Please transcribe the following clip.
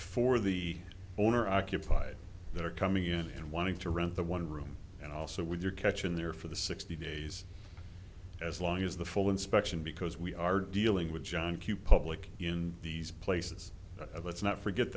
for the owner occupied they're coming in and wanting to rent the one room and also with your catch in there for the sixty days as long as the full inspection because we are dealing with john q public in these places of let's not forget